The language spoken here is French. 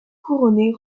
couronné